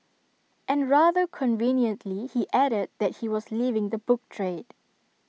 and rather conveniently he added that he was leaving the book trade